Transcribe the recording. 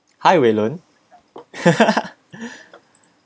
hi wei lun